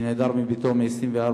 שנעדר מביתו מ-24